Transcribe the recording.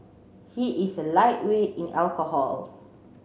he is a lightweight in alcohol